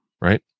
right